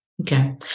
Okay